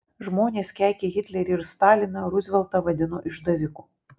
žmonės keikė hitlerį ir staliną ruzveltą vadino išdaviku